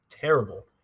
terrible